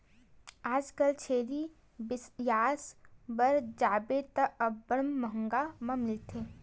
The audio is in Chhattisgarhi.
आजकल छेरी बिसाय बर जाबे त अब्बड़ मंहगा म मिलथे